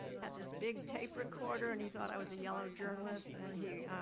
had this big tape recorder and he thought i was a yellow journalist. and he,